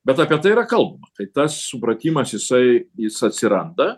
bet apie tai yra kalbama tai tas supratimas jisai jis atsiranda